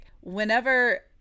whenever